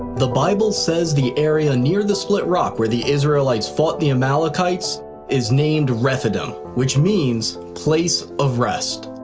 the bible says the area near the split rock where the israelites fought the amalekites is named rephidim, which means place of rest.